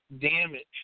damage